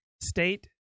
state